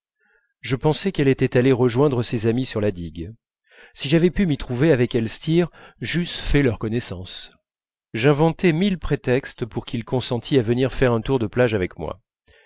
je pensai qu'elle était allée rejoindre ses amies sur la digue si j'avais pu m'y trouver avec elstir j'eusse fait leur connaissance j'inventai mille prétextes pour qu'il consentît à venir faire un tour de plage avec moi